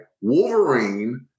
Wolverine